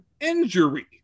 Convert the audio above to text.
injury